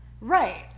Right